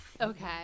Okay